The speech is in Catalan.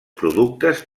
productes